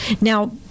Now